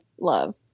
love